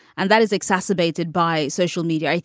and that is exacerbated by social media.